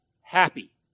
happy